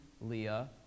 Leah